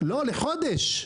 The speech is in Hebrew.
לא, לחודש.